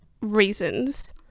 reasons